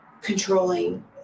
controlling